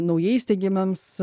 naujai steigiamiems